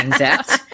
out